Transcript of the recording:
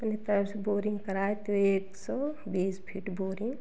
अपने तरफ़ से बोरिंग कराए तो एक सौ बीस फीट बोरिंग